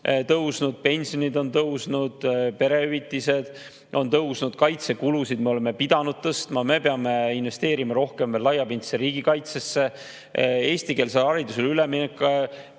tõusnud, pensionid on tõusnud, perehüvitised on tõusnud, kaitsekulusid oleme pidanud tõstma, me peame investeerima veel rohkem laiapindsesse riigikaitsesse, eestikeelsele haridusele üleminekuga